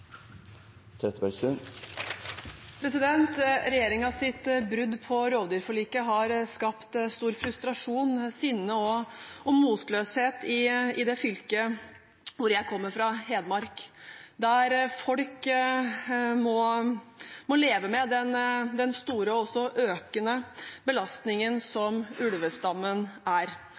Trettebergstuen – til oppfølgingsspørsmål. Regjeringens brudd på rovdyrforliket har skapt stor frustrasjon, sinne og motløshet i det fylket jeg kommer fra, Hedmark – der folk må leve med den store og økende belastningen som ulvestammen er.